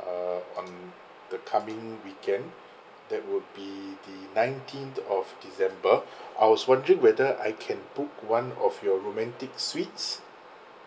uh on the coming weekend that would be the nineteenth of december I was wondering whether I can book one of your romantic suites